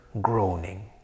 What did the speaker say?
groaning